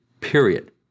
period